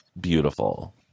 beautiful